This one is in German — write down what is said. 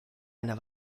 einer